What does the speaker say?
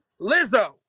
Lizzo